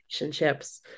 relationships